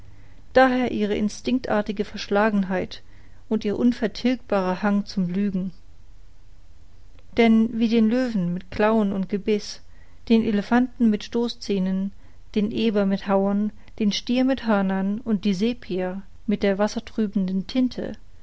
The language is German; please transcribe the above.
daher ihre instinktartige verschlagenheit und ihr unvertilgbarer hang zum lügen denn wie den löwen mit klauen und gebiß den elephanten mit stoßzähnen den eber mit hauern den stier mit hörnern und die sepia mit der wassertrübenden tinte